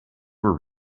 were